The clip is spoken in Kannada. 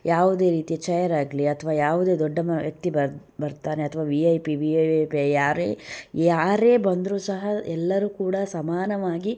ಯಾವುದೇ ರೀತಿಯ ಚೇರಾಗಲಿ ಅಥ್ವಾ ಯಾವುದೆ ದೊಡ್ಡ ವ್ಯಕ್ತಿ ಬರ್ತಾನೆ ಅಥವಾ V I P V I I P ಯಾರೆ ಯಾರೇ ಬಂದರು ಸಹ ಎಲ್ಲರು ಕೂಡ ಸಮಾನವಾಗಿ